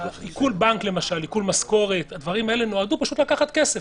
עיקול בנק או עיקול משכורת נועדו פשוט לקחת כסף.